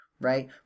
Right